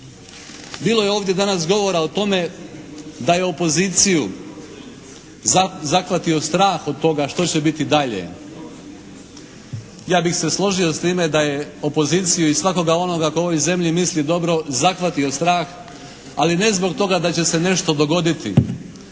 Bilo je ovdje danas govora o tome da je opoziciju zahvatio strah od toga što će biti dalje. Ja bih se složio s time da je opoziciju i svakoga onoga tko ovoj zemlji misli dobro, zahvatio strah ali ne zbog toga da će se nešto dogoditi